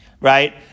right